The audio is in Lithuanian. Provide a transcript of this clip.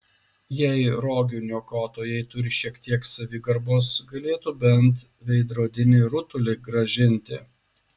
jei rogių niokotojai turi šiek kiek savigarbos galėtų bent veidrodinį rutulį grąžinti